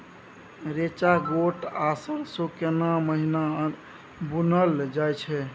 रेचा, गोट आ सरसो केना महिना बुनल जाय छै?